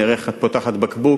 נראה איך את פותחת בקבוק.